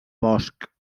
bosc